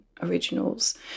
originals